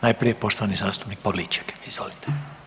Najprije poštovani zastupnik Pavliček, izvolite.